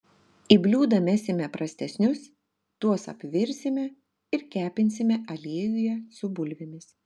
į bliūdą mesime prastesnius tuos apvirsime ir kepinsime aliejuje su bulvėmis